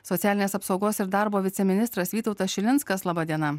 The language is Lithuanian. socialinės apsaugos ir darbo viceministras vytautas šilinskas laba diena